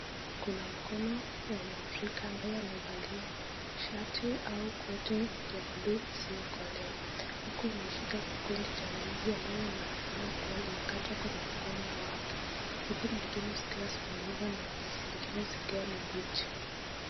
Kuna mkono wa Mwafrika ambaye amevalia shati na koti ya buluu isiyokolea, huku ameshika kikundi ya ndizi ambayo inaonekana kuwa imekatwa kwenye mgomba wake. Huku nyingine zikiwa zimeiva na zingine zikiwa ni mbichi.